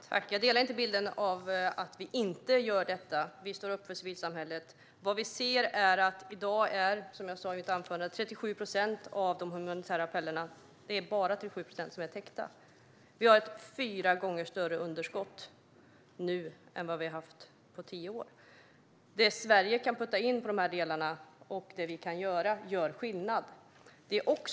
Herr talman! Jag delar inte bilden av att vi inte gör detta. Vi står upp för civilsamhället. Som jag sa i mitt anförande är bara 37 procent av de humanitära appellerna täckta. Vi har ett fyra gånger större underskott nu än vad vi har haft på tio år. Det Sverige kan bidra med gör skillnad.